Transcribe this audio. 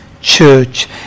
church